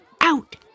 Out